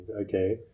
Okay